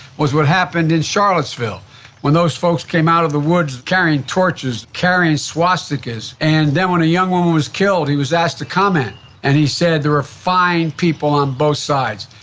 was what happened in charlottesville when those folks came out of the woods carrying torches, carrying swastikas, and then when a young woman was killed, he was asked to comment and he said there were fine people on both sides.